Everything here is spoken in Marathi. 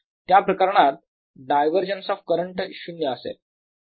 त्या प्रकरणात डायवरजन्स ऑफ करंट शून्य असेल